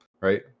right